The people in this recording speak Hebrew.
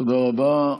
תודה רבה.